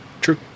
true